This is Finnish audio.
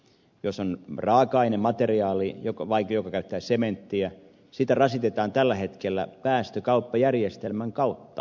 jos on raaka ainemateriaali joka käyttää sementtiä sitä rasitetaan tällä hetkellä päästökauppajärjestelmän kautta